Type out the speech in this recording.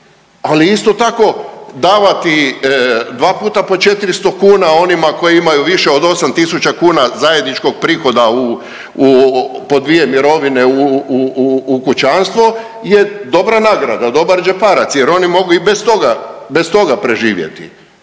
ali isto tako davati dva puta po 400 kuna onima koji imaju više od 8.000 kuna zajedničkog prihoda u, po dvije mirovine u kućanstvu je dobra nagrada, dobar džeparac jer oni mogu i bez toga, bez toga preživjeti.